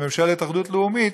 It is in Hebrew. של ממשלת אחדות לאומית,